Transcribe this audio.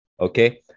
Okay